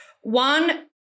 one